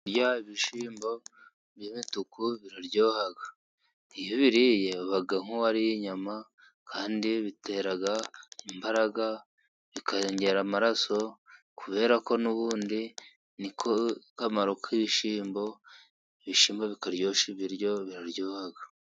Kurya ibishimbo by'ibituku biraryoha. Iyo ubiriye biba nk'uwariye inyama kandi bitera imbaraga bikongera amaraso, kubera ko n'ubundi ni ko kamaro k'ibishimbo, ibishyima bikaryoshya ibiryo, biraryoha.